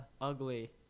Ugly